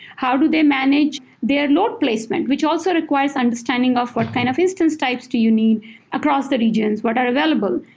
how do they manage their load placement, which also requires understanding of what kind of instance types do you need across the regions what are available?